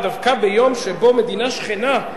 דווקא ביום שבו מדינה שכנה,